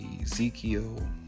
Ezekiel